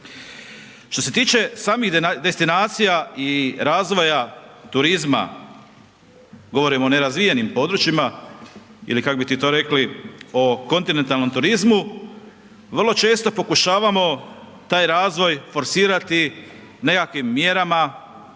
Što se tiče samih destinacija i razvoja turizma, govorimo o nerazvijenim područjima ili, kak bi ti to rekli, o kontinentalnom turizmu, vrlo često pokušavamo taj razvoj forsirati nekakvim mjerama,